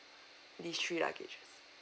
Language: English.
these three luggage